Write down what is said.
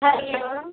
hello